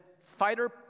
fighter